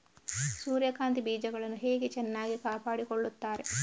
ಸೂರ್ಯಕಾಂತಿ ಬೀಜಗಳನ್ನು ಹೇಗೆ ಚೆನ್ನಾಗಿ ಕಾಪಾಡಿಕೊಳ್ತಾರೆ?